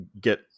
get